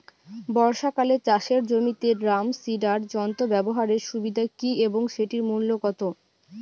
বর্ষাকালে চাষের জমিতে ড্রাম সিডার যন্ত্র ব্যবহারের সুবিধা কী এবং সেটির মূল্য কত?